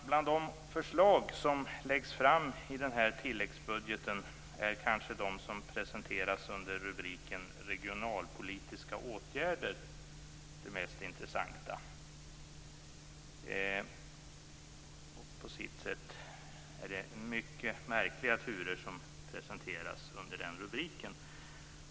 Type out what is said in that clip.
Bland de förslag som läggs fram i den här tilläggsbudgeten är kanske de som presenteras under rubriken Regionalpolitiska åtgärder de mest intressanta. På sitt sätt är det mycket märkliga turer som presenteras under den rubriken.